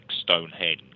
Stonehenge